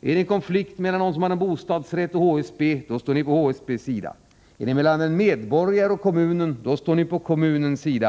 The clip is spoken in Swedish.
Är det en konflikt mellan en person som har en bostadsrätt och HSB står ni på HSB:s sida. Är det en konflikt mellan en medborgare och en kommun står ni på kommunens sida.